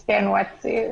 מסכן, הוא עציר.